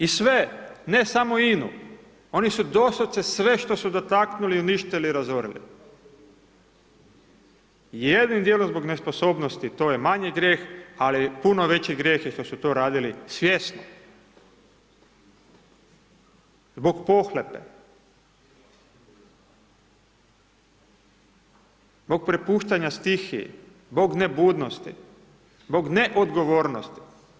I sve, ne samo INA-u, oni su doslovce sve što su dotaknuli uništili i razorili, jednim dijelom zbog nesposobnosti, to je manji grijeh, ali puno veći grijeh što su to radili svjesno zbog pohlepe, zbog prepuštanja stihiji, zbog nebudnosti, zbog neodgovornosti.